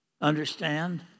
understand